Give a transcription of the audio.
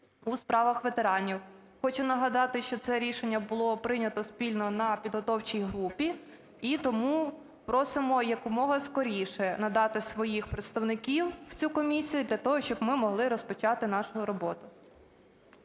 у справах ветеранів. Хочу нагадати, що це рішення було прийнято спільно на підготовчій групі. І тому просимо якомога скоріше надати своїх представників у цю комісію для того, щоб ми могли розпочати нашу роботу.